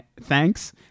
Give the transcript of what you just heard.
Thanks